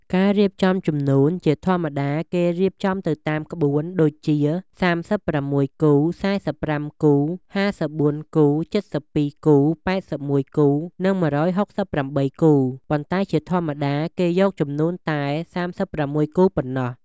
ការរៀបចំជំនូនជាធម្មតាគេរៀបចំទៅតាមក្បួន ដូចជា ៣៦គូ ៤៥គូ ៥៤គូ ៧២គូ ៨១គូ និង១៦៨គូ ប៉ុន្តែជាធម្មតាគេយកជំនូនតែ៣៦គូប៉ុណ្ណោះ។